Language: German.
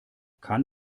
kann